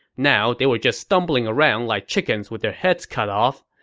now, they were just stumbling around like chickens with their heads cut off.